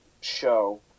show